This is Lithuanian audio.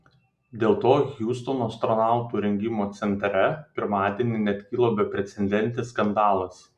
dėl to hjustono astronautų rengimo centre pirmadienį net kilo beprecedentis skandalas